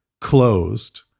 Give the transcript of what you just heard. closed